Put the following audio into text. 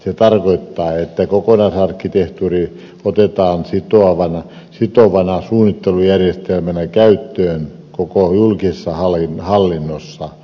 se tarkoittaa että kokonaisarkkitehtuuri otetaan sitovana suunnittelujärjestelmänä käyttöön koko julkisessa hallinnossa